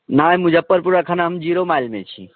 नहि मुजफ्फरपुर एखन हम जीरो माइलमे छी